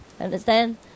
Understand